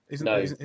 No